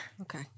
Okay